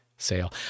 sale